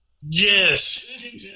Yes